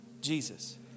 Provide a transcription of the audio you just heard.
Jesus